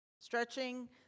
Stretching